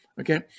Okay